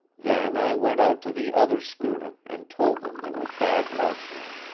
then i went out to the other schooner and told them they were bad marksmen.